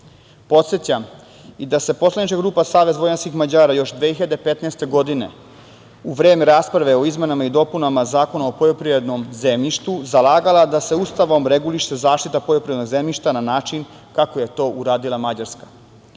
trgovine. Podsećam i da se poslanička grupa SVM još 2015. godine, u vreme rasprave o izmenama i dopunama Zakona o poljoprivrednom zemljištu, zalagala da se Ustavom reguliše zaštita poljoprivrednog zemljišta na način kako je to uradila Mađarska. Na